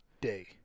day